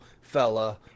fella